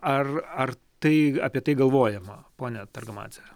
ar ar tai apie tai galvojama ponia targamadze